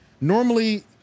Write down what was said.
Normally